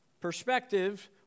Perspective